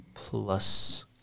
Plus